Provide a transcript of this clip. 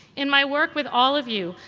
in my work with all of you,